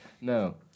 No